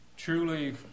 Truly